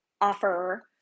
offer